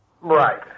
Right